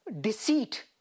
deceit